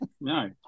No